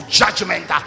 judgment